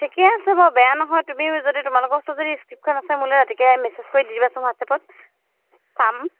ঠিকে আছে বাৰু বেয়া নহয় তুমি যদি তোমালোকৰ ওচৰত যদি স্ক্ৰিপ্তখন আছে মোলৈ ৰাতিকে মেছেজ কৰি দি দিবাচোন হোৱাটছএপত চাম